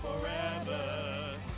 forever